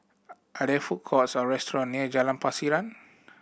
are there food courts or restaurant near Jalan Pasiran